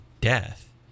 death